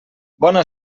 bona